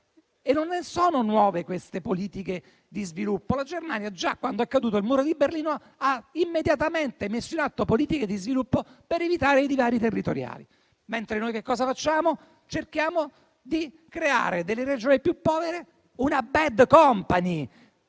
Non sono nuove queste politiche di sviluppo: la Germania, già quando è caduto il muro di Berlino, ha immediatamente messo in atto politiche di sviluppo per evitare i divari territoriali. Noi che cosa facciamo, invece? Cerchiamo di creare nelle Regioni più povere una *bad company*,